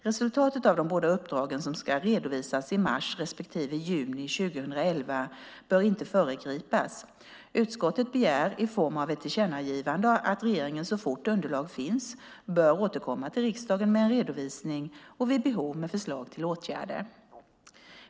Resultatet av de båda uppdragen, som ska redovisas i mars respektive juni 2011, bör inte föregripas. Utskottet begär i form av ett tillkännagivande att regeringen, så fort underlag finns, återkommer till riksdagen med en redovisning och vid behov med förslag till åtgärder.